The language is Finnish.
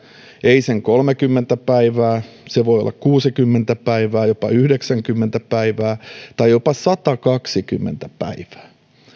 ei sen kolmekymmentä päivää vaan se voi olla kuusikymmentä päivää jopa yhdeksänkymmentä päivää tai jopa satakaksikymmentä päivää